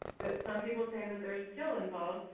but some people say that there's skill involved